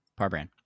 Parbrand